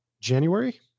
January